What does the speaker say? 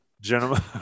gentlemen